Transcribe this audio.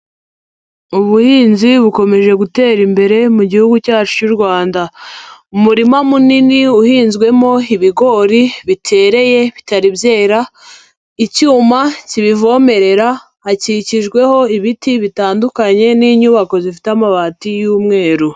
Ubuhinzi bukomeje gutera imbere mu Gihugu cyacu cy'u Rwanda. Umurima munini uhinzwemo ibigori bitereye bitari byera, icyuma kibivomerera, hakikijweho ibiti bitandukanye n'inyubako zifite amabati y'umweru.